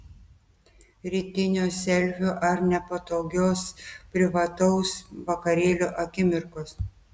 rytinio selfio ar nepatogios privataus vakarėlio akimirkos